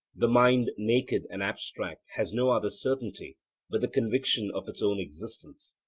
the mind naked and abstract has no other certainty but the conviction of its own existence.